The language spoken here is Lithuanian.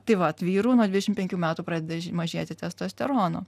tai vat vyrų nuo dvidešim penkių metų pradeda mažėti testosterono